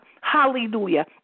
Hallelujah